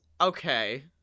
Okay